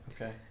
Okay